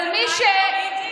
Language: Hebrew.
אבל מי ששנים,